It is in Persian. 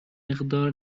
مقدار